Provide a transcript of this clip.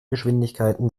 geschwindigkeiten